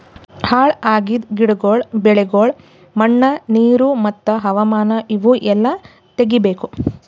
ಹಾಳ್ ಆಗಿದ್ ಗಿಡಗೊಳ್, ಬೆಳಿಗೊಳ್, ಮಣ್ಣ, ನೀರು ಮತ್ತ ಹವಾಮಾನ ಇವು ಎಲ್ಲಾ ತೆಗಿಬೇಕು